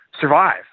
survive